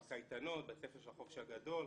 בקייטנות, בית ספר של החופש הגדול.